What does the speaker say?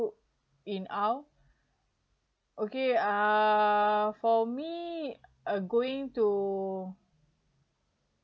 in awe okay uh for me uh going to